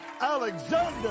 Alexander